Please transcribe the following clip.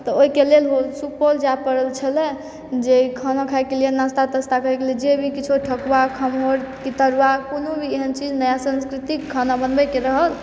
तऽ ओइके लेल सुपौल जाय पड़ल छलै जे खाना खाइके लिए नास्ता तास्ता करैके लिए जे भी किछो ठकुआ खम्हौरके तरुआ कुनु भी एहन चीज नया संस्कृतिक खाना बनबैके रहल